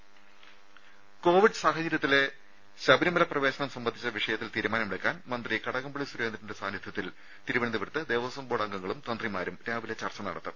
രുമ കോവിഡ് സാഹചര്യത്തിലെ ശബരിമല പ്രവേശനം സംബന്ധിച്ച വിഷയത്തിൽ തീരുമാനമെടുക്കാൻ മന്ത്രി കടകംപള്ളി സുരേന്ദ്രന്റെ സാന്നിധ്യത്തിൽ തിരുവനന്തപുരത്ത് ദേവസ്വം ബോർഡ് അംഗങ്ങളും തന്ത്രിമാരും രാവിലെ ചർച്ച നടത്തും